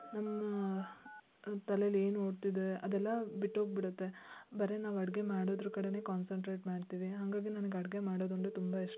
ನಮ್ಮ ತಲೆಯಲ್ಲಿ ಏನು ಓಡ್ತಿದೆ ಅದೆಲ್ಲ ಬಿಟ್ಟೋಗಿ ಬಿಡುತ್ತೆ ಬರೀ ನಾವು ಅಡುಗೆ ಮಾಡೋದ್ರ ಕಡೇನೇ ಕಾನ್ಸನ್ಟ್ರೇಟ್ ಮಾಡ್ತೀವಿ ಹಾಗಾಗಿ ನನ್ಗೆ ಅಡುಗೆ ಮಾಡೋದು ಅಂದರೆ ತುಂಬ ಇಷ್ಟ